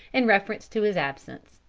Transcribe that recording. in reference to his absence.